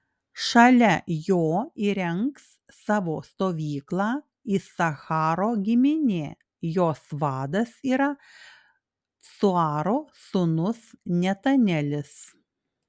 šalia jo įrengs savo stovyklą isacharo giminė jos vadas yra cuaro sūnus netanelis